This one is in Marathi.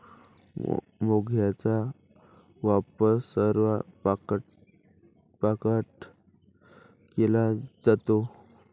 मैद्याचा वापर स्वयंपाकात केला जातो